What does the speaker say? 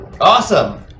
Awesome